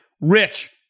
Rich